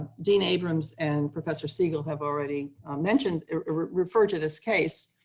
dean abrams and professor siegel have already mentioned referred to this case.